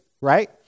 right